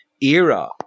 era